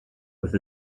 with